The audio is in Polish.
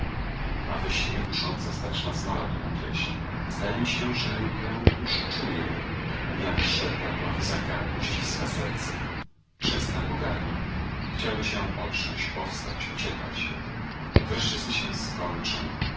a we śnie dusząca straszna zmora tu na piersiach zdaje mi się że ją już czuję ugniata żebra dławi za gardło ściska serce przestrach ogarnia chciałoby się ją otrząść powstać uciekać wreszcie sny się skończą